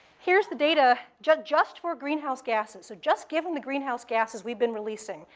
here's the data just just for greenhouse gases. so just given the greenhouse gases we've been releasing,